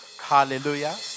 Hallelujah